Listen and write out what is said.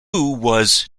was